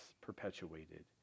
perpetuated